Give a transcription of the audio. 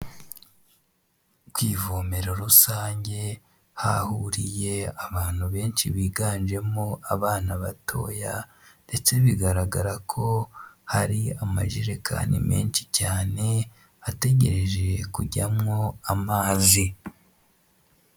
Ku ivomera rusange hahuriye abantu benshi biganjemo abana batoya, ndetse bigaragara ko hari amajerekani menshi cyane ategereje kujyamo amazi.